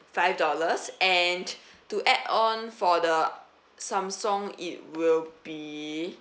five dollars and to add on for the samsung it will be